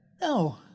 No